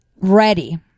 ready